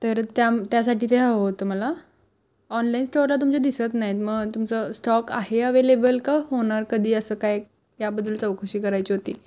तर त्यामध्ये त्यासाठी ते हवं होतं मला ऑनलाईन स्टॉरला तुमच्या दिसत नाही आहेत मग तुमचं स्टॉक आहे अवेलेबल का होणार कधी असं काय याबद्दल चौकशी करायची होती